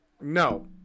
No